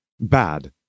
bad